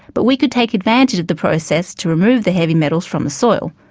but we could take advantage of the process to remove the heavy metals from the soil.